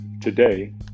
today